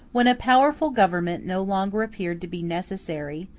when a powerful government no longer appeared to be necessary,